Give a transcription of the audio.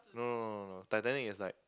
no no no no no Titanic is like